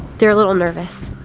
they're a little nervous.